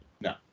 No